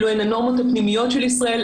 אלו הן הנורמות הפנימיות של ישראל,